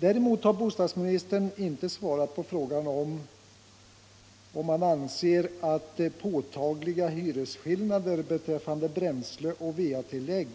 Däremot har bostadsministern inte svarat på frågan om han anser att påtagliga hyresskillnader beträffande bränsle och va-tillägg